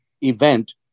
event